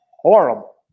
horrible